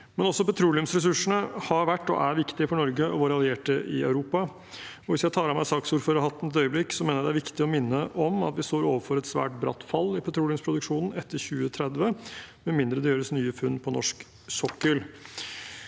petroleumsressursene har vært og er viktige for Norge og våre allierte i Europa. Hvis jeg tar av meg saksordførerhatten et øyeblikk, mener jeg det er viktig å minne om at vi står overfor et svært bratt fall i petroleumsproduksjonen etter 2030, med mindre det gjøres nye funn på norsk sokkel.